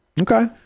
Okay